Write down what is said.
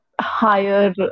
higher